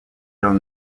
dans